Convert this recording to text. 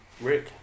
Rick